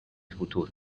futur